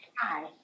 Hi